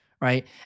Right